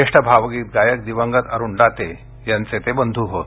ज्येष्ठ भावगीत गायक दिवंगत अरुण दाते यांचे ते बंध् होत